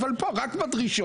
אבל פה רק בדרישות,